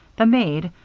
the maid,